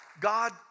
God